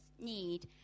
need